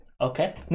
Okay